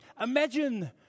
Imagine